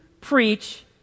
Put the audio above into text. preach